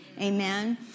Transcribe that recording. Amen